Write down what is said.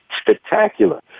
Spectacular